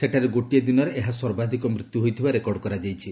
ସେଠାରେ ଗୋଟିଏ ଦିନରେ ଏହା ସର୍ବାଧିକ ମୃତ୍ୟୁ ହୋଇଥିବା ରେକର୍ଡ କରାଯାଇଛି